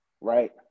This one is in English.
Right